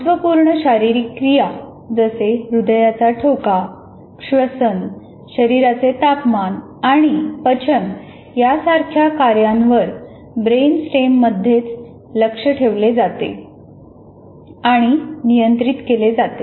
महत्वपूर्ण शारीरिक क्रिया जसे हृदयाचा ठोका श्वसन शरीराचे तापमान आणि पचन यासारख्या कार्यांवर ब्रेनस्टेममध्येच लक्ष ठेवले जाते आणि नियंत्रित केले जाते